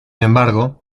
embargo